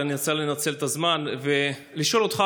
אבל אני רוצה לנצל את הזמן ולשאול אותך,